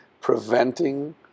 preventing